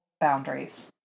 boundaries